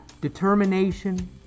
Determination